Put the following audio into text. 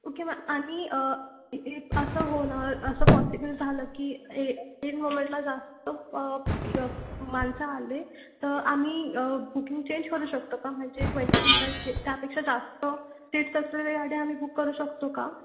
okay ma'am आणि असं होणार असं पॉसिबल झालं की हे ऐन मोमेंटला जास्त माणसं आले तर आम्ही बुकिंग चेंज करू शकतो का म्हणजे ट्वेंटी सीटर की त्यापेक्षा जास्त सीट्स असलेल्या गाडी आम्ही बुक करू शकतो का